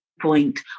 point